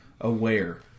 aware